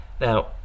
Now